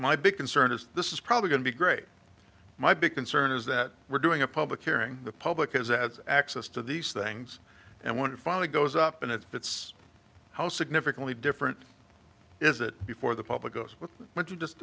my big concern is this is probably going to be great my big concern is that we're doing a public hearing the public has access to these things and one finally goes up and it's how significantly different is it before the public goes with what you just